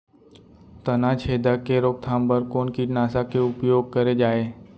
तनाछेदक के रोकथाम बर कोन कीटनाशक के उपयोग करे जाये?